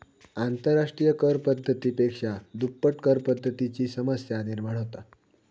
आंतरराष्ट्रिय कर पद्धती पेक्षा दुप्पट करपद्धतीची समस्या निर्माण होता